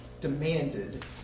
demanded